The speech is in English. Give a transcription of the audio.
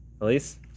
Elise